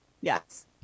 Yes